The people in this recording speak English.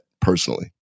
personally